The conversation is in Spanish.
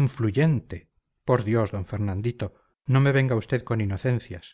influyente por dios d fernandito no me venga usted con inocencias